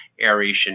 aeration